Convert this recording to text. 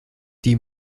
die